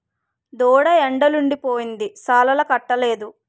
దూడ ఎండలుండి పోయింది సాలాలకట్టలేదు